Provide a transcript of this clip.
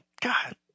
God